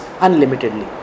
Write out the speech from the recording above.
unlimitedly